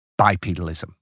bipedalism